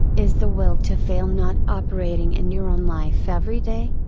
is the will to fail not operating in your own life every day?